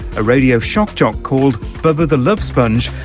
a radio shock jock called bubba the love sponge,